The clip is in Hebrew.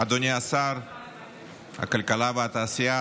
אדוני שר הכלכלה והתעשייה,